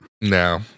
no